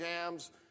jams